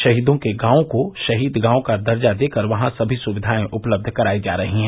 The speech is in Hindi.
शहीदों के गांवों को शहीद गांव का दर्जा देकर वहां सभी सुक्धियें उपलब्ध करायी जा रही है